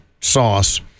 sauce